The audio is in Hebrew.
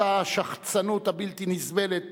אותה השחצנות הבלתי-נסבלת